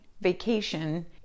vacation